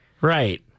Right